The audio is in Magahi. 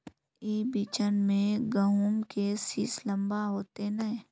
ई बिचन में गहुम के सीस लम्बा होते नय?